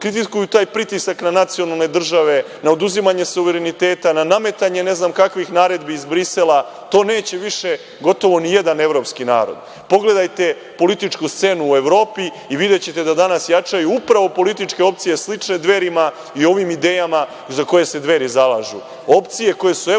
kritikuju taj pritisak na nacionalne države, na oduzimanje suvereniteta, na nametanje ne znam kakvih naredbi iz Brisela. To neće više gotovo nijedan evropski narod. Pogledajte političku scenu u Evropi i videćete da danas jačaju upravo političke opcije slične Dverima i ovim idejama za koje se Dveri zalažu.